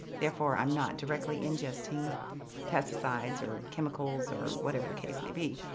therefore i'm not directly ingesting pesticides or chemicals, or whatever the case may be.